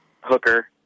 hooker